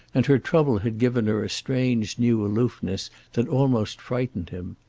and her trouble had given her a strange new aloofness that almost frightened him.